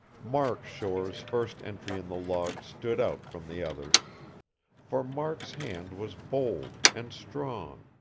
mark shore's first entry in the log stood out from the others for mark's hand was bold, and strong,